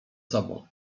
sobą